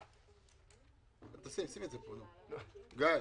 תשים את זה, גיא.